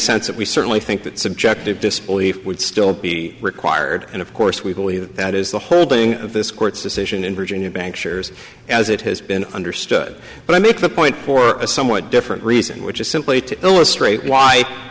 sense that we certainly think that subjective disbelief would still be required and of course we believe that is the holding of this court's decision in virginia bank shares as it has been understood but i make the point for a somewhat different reason which is simply to illustrate w